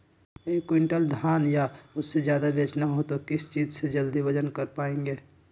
एक क्विंटल धान या उससे ज्यादा बेचना हो तो किस चीज से जल्दी वजन कर पायेंगे?